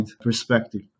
perspective